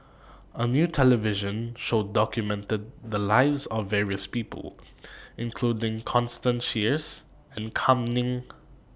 A New television Show documented The Lives of various People including Constance Sheares and Kam Ning